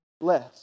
less